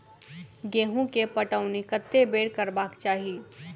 गेंहूँ केँ पटौनी कत्ते बेर करबाक चाहि?